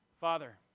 Father